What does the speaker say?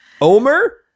Omer